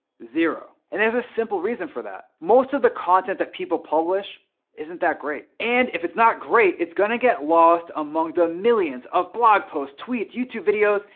zero. and there's a simple reason for that. most of the content that people publish isn't that great. and if it's not great, it's gonna get lost among the millions of blog posts, tweets, youtube videos,